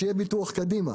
שיהיה ביטוח קדימה.